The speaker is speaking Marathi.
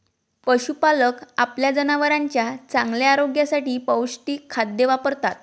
पशुपालक आपल्या जनावरांच्या चांगल्या आरोग्यासाठी पौष्टिक खाद्य वापरतात